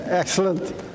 Excellent